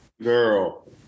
Girl